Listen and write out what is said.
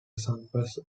samples